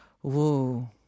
Whoa